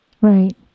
Right